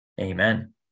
Amen